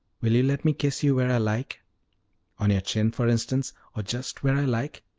will you let me kiss you where i like on your chin, for instance, or just where i like?